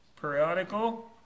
periodical